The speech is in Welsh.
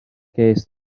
cest